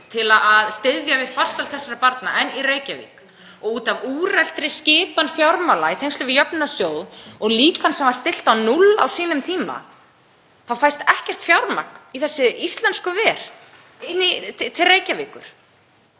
til að styðja við farsæld þessara barna, en í Reykjavík. Út af úreltri skipan fjármála í tengslum við jöfnunarsjóð og líkan sem var stillt á núll á sínum tíma þá fæst ekkert fjármagn til Reykjavíkur